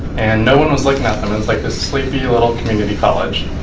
and no one was looking at them. it was like this sleepy, little community college.